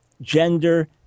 gender